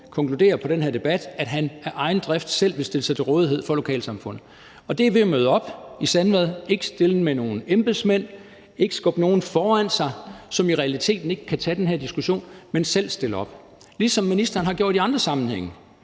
konkludere på den her debat, at han af egen drift selv vil stille sig til rådighed for lokalsamfundet. Det er ved at møde op i Sandvad, ikke stille med nogle embedsmænd, ikke skubbe nogen foran sig, som i realiteten ikke kan tage den her diskussion, men selv stille op, ligesom ministeren har gjort i andre sammenhænge.